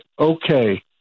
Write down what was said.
okay